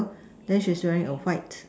then she's wearing a white